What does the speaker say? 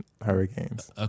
hurricanes